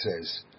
says